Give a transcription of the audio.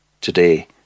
Today